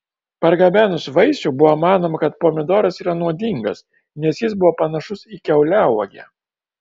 pargabenus vaisių buvo manoma kad pomidoras yra nuodingas nes jis buvo panašus į kiauliauogę